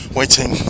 waiting